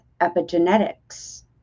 epigenetics